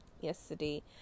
yesterday